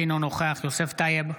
אינו נוכח יוסף טייב,